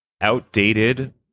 outdated